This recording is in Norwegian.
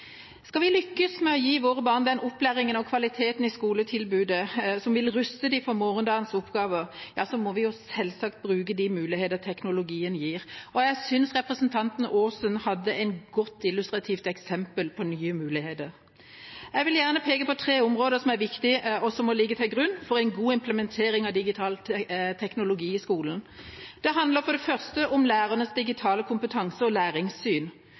Skal vi lykkes med å gi våre barn den opplæringen og kvaliteten i skoletilbudet som vil ruste dem for morgendagens oppgaver, må vi selvsagt bruke de muligheter teknologien gir, og jeg synes representanten Aasen hadde et godt illustrativt eksempel på nye muligheter. Jeg vil gjerne peke på tre områder som er viktige, og som må ligge til grunn for en god implementering av digital teknologi i skolen. Det handler for det første om lærernes digitale kompetanse og læringssyn.